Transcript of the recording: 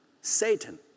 Satan